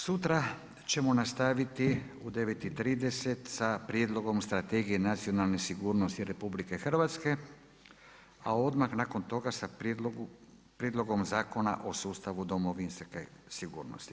Sutra ćemo nastaviti u 9,30 sa prijedlogom strategije nacionalne sigurnosti RH, a odmah nakon toga sa Prijedlogom zakona o sustavu domovinske sigurnosti.